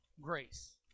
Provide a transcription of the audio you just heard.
Grace